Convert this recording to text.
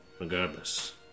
Regardless